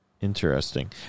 interesting